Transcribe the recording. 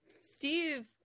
steve